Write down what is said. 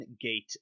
gate